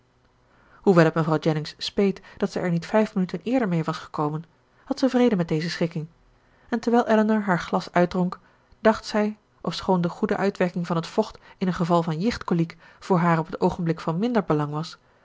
hoewel het mevrouw jennings speet dat zij er niet vijf minuten eerder mee was gekomen had zij vrede met deze schikking en terwijl elinor haar glas uitdronk dacht zij ofschoon de goede uitwerking van het vocht in een geval van jichtkoliek voor haar op het oogenblik van minder belang was